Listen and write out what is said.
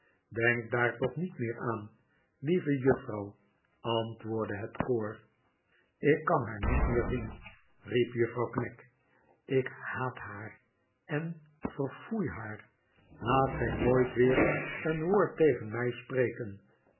denk daar toch niet meer aan lieve juffrouw antwoordde het koor ik kan haar niet meer zien riep juffrouw knag ik haat haar en verfoei haar laat zij nooit weer een woord tegen mij spreken